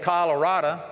Colorado